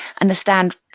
understand